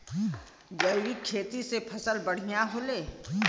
जैविक खेती से फसल बढ़िया होले